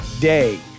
day